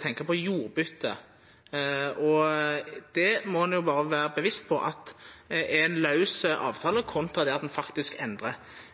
tenkja på jordbyte. Det må ein berre vera bevisst på er ein laus avtale kontra det at ein faktisk endrar.